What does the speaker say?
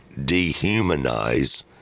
Dehumanize